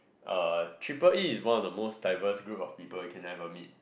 uh triple E is one of the most diverse group of people you can ever meet